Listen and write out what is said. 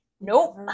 nope